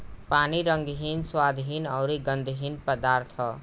पानी रंगहीन, स्वादहीन अउरी गंधहीन पदार्थ ह